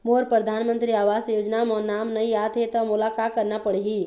मोर परधानमंतरी आवास योजना म नाम नई आत हे त मोला का करना पड़ही?